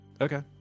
Okay